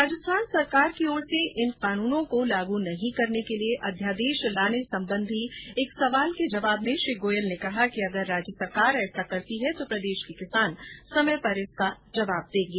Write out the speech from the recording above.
राजस्थान सरकार की ओर से इन कानूनों को लागू नहीं करने के लिए अध्यादेश लाने संबंधी एक प्रश्न के उत्तर में श्री गोयल ने कहा कि अगर राज्य सरकार ऐसा करती है तो प्रदेश के किसान समय पर इसका जवाब देंगे